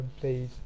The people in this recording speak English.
please